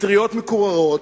"אטריות מקוררות"